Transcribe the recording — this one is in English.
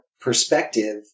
perspective